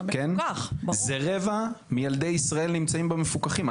זה רבע מילדי ישראל נמצאים במפוקחים.